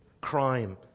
crime